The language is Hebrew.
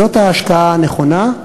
זאת ההשקעה הנכונה,